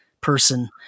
person